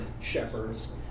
shepherds